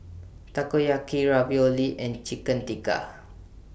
Takoyaki Ravioli and Chicken Tikka